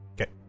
Okay